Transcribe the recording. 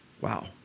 Wow